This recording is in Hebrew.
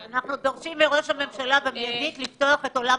יש כאן נציגים של משרד האוצר שאולי יוכלו להתייחס.